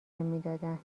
میدادن